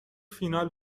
فینال